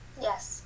Yes